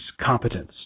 competence